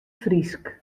frysk